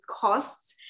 costs